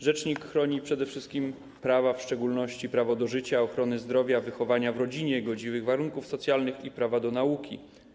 Rzecznik chroni przede wszystkim prawa, w szczególności prawa do życia, ochrony zdrowia, wychowania w rodzinie, godziwych warunków socjalnych i nauki.